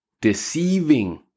deceiving